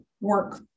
work